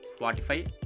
Spotify